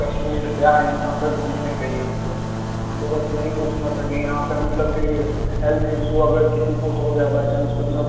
कश्मीर से आएँ हैं यहाँ पर घूमने के लिए थोड़ा हमको बस यही पूछना था कि यहाँ पर मतलब की हेल्थ इस्यू अगर किसी को हो गया बाय चांस मतलब